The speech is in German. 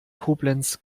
koblenz